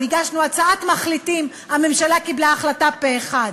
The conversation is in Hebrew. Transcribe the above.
הגשנו הצעת מחליטים, הממשלה קיבלה החלטה פה-אחד.